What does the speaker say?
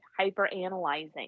hyperanalyzing